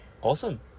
Awesome